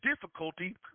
difficulty